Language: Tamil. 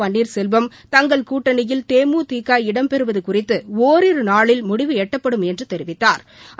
பன்னீா் செல்வம் தங்கள் கூட்டணியில் தேமுதிக இடம் பெறுவது குறித்து ஒரிரு நாளில் முடிவு எட்டப்படும் என்று தெரிவித்தாா்